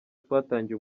twatangiye